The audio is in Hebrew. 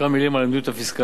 כמה מלים על המדיניות הפיסקלית.